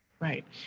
Right